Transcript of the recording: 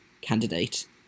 candidate